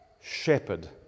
shepherd